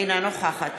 אינה נוכחת